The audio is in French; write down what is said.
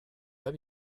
pas